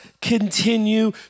continue